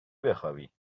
بخوابی